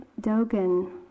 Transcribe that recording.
Dogen